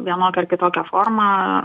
vienokia ar kitokia forma